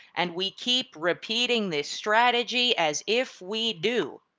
and we keep repeating this strategy as if we do.